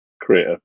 create